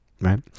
right